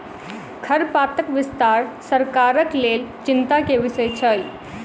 खरपातक विस्तार सरकारक लेल चिंता के विषय छल